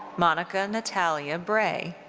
monika natalia bray.